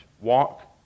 Walk